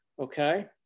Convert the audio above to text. Okay